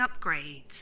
upgrades